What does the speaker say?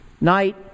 night